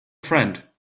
friend